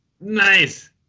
Nice